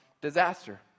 disaster